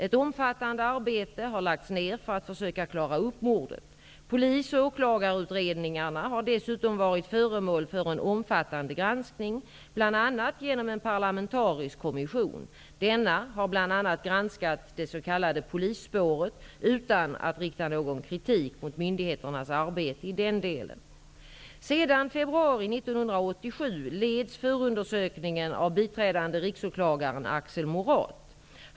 Ett omfattande arbete har lagts ner för att försöka klara upp mordet. Polis och åklagarutredningarna har dessutom varit föremål för en omfattande granskning, bl.a. genom en parlamentarisk kommission. Denna har bl.a. granskat det s.k. polisspåret, utan att rikta någon kritik mot myndigheternas arbete i den delen. Sedan februari 1987 leds förundersökningen av biträdande riksåklagaren Axel Morath.